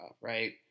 right